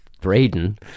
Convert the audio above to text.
Braden